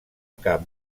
cap